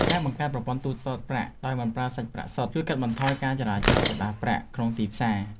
ការបង្កើតប្រព័ន្ធទូទាត់ប្រាក់ដោយមិនប្រើសាច់ប្រាក់សុទ្ធជួយកាត់បន្ថយការចរាចរណ៍ក្រដាសប្រាក់ក្នុងទីផ្សារ។